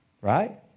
right